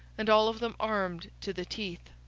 and all of them armed to the teeth.